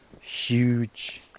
huge